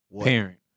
parent